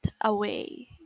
away